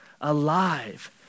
Alive